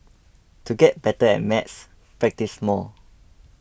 to get better at maths practise more